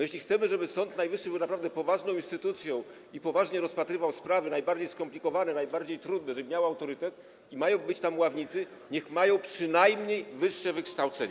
Jeśli chcemy, żeby Sąd Najwyższy był naprawdę poważną instytucją i poważnie rozpatrywał sprawy najbardziej skomplikowane, najbardziej trudne, żeby miał autorytet, i mają tam być ławnicy, to niech oni mają przynajmniej wyższe wykształcenie.